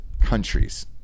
countries